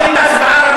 הצבעה.